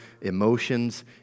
emotions